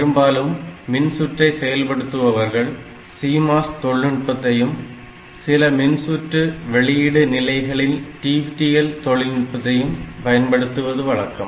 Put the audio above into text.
பெரும்பாலும் மின்சுற்றை செயல்படுத்துபவர்கள் CMOS தொழில்நுட்பத்தையும் சில மின்சுற்று வெளியீடு நிலைகளில் TTL தொழில்நுட்பத்தையும் பயன்படுத்துவது வழக்கம்